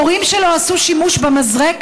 ההורים שלו עשו שימוש במזרק,